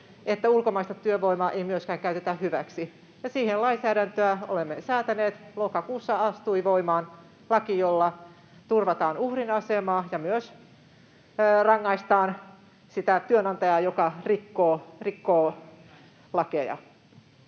että ulkomaista työvoimaa ei myöskään käytetä hyväksi. Ja siihen olemme säätäneet lainsäädäntöä: lokakuussa astui voimaan laki, jolla turvataan uhrin asemaa ja myös rangaistaan sitä työnantajaa, joka rikkoo lakeja.